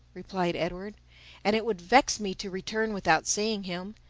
replied edward and it would vex me to return without seeing him.